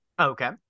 Okay